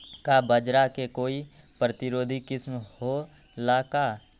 का बाजरा के कोई प्रतिरोधी किस्म हो ला का?